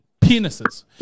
penises